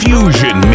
Fusion